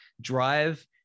drive